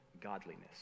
godliness